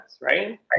right